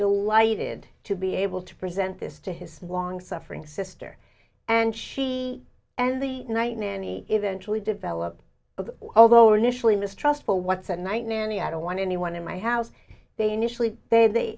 delighted to be able to present this to his long suffering sister and she and the night nanny eventually develop although initially mistrustful what's a night nanny i don't want anyone in my house they initially they